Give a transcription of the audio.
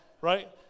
right